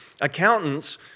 Accountants